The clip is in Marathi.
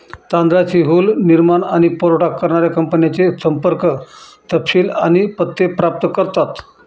तांदळाची हुल निर्माण आणि पुरावठा करणाऱ्या कंपन्यांचे संपर्क तपशील आणि पत्ते प्राप्त करतात